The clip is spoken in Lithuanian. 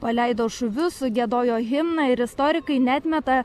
paleido šūvius sugiedojo himną ir istorikai neatmeta